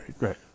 right